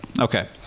okay